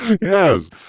Yes